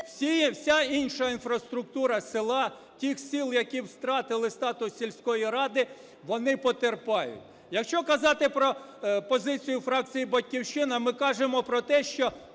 вся інша інфраструктура села, тих сіл, які втратили статус сільської ради, вони потерпають. Якщо казати про позицію фракції "Батьківщина", ми кажемо про те, що